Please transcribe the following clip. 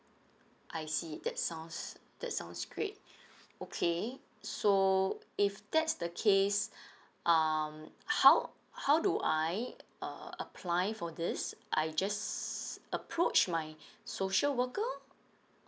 I see that sounds that sounds great okay so if that's the case um how how do I uh apply for this I just approach my social worker